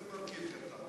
מה זה מרכיב קטן?